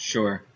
Sure